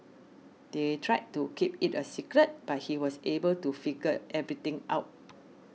they tried to keep it a secret but he was able to figure everything out